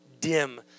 dim